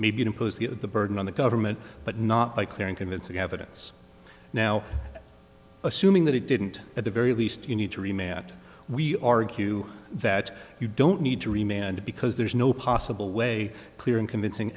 maybe the burden on the government but not by clear and convincing evidence now assuming that it didn't at the very least you need to remain at we argue that you don't need to remain and because there's no possible way clear and convincing